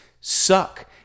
suck